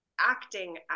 acting